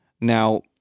Now